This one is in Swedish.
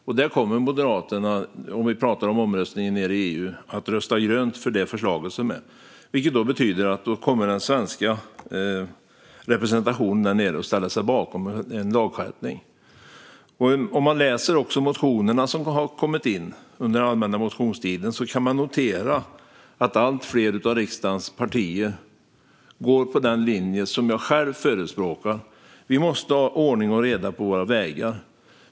När det gäller omröstningen nere i EU kommer Moderaterna att rösta grönt för det förslag som finns, vilket betyder att den svenska representationen där nere kommer att ställa sig bakom en lagskärpning. Om man läser motionerna som kom in under allmänna motionstiden kan man notera att allt fler av riksdagens partier går på den linje som jag själv förespråkar. Vi måste ha ordning och reda på våra vägar.